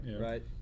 Right